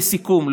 לסיכום,